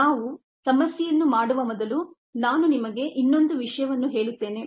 ನಾವು ಸಮಸ್ಯೆಯನ್ನು ಮಾಡುವ ಮೊದಲು ನಾನು ನಿಮಗೆ ಇನ್ನೊಂದು ವಿಷಯವನ್ನು ಹೇಳುತ್ತೇನೆ